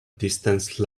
distance